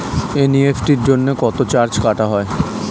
NEFT জন্য কত charge কাটা হয়?